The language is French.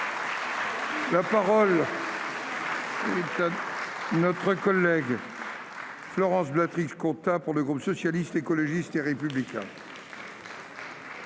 La parole est à Mme Florence Blatrix Contat, pour le groupe Socialiste, Écologiste et Républicain.